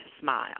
smile